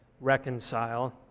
reconcile